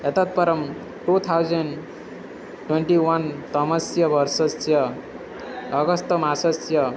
एतत् परं two thousand twenty one तमस्य वर्षस्य आगस्त् मासस्य